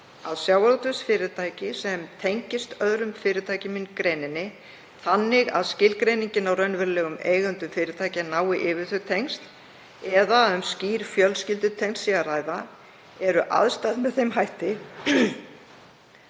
ef sjávarútvegsfyrirtæki tengist öðrum fyrirtækjum í greininni, þannig að skilgreiningin á raunverulegum eigendum fyrirtækja nái yfir þau tengsl eða að um skýr fjölskyldutengsl sé að ræða, eru aðstæður með þeim hætti